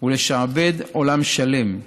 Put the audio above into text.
ולשעבד עולם שלם,